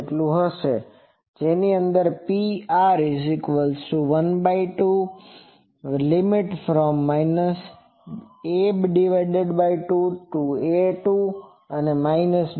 તે Pr હશે